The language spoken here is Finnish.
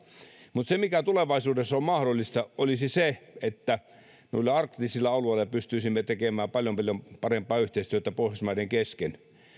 mutta tulevaisuudessa olisi mahdollista että noilla arktisilla alueilla pystyisimme tekemään paljon paljon parempaa yhteistyötä pohjoismaiden kesken